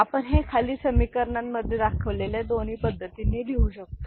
आपण हे खाली समीकरणांमध्ये दाखवलेल्या दोन्ही पद्धतींनी लिहू शकतो